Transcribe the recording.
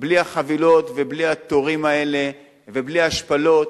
בלי החבילות, ובלי התורים האלה, ובלי השפלות,